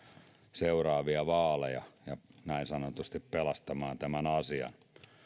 seuraavia vaaleja ja niin sanotusti pelastamaan tämän